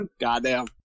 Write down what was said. goddamn